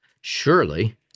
Surely